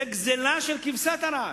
זאת גזלה של כבשת הרש.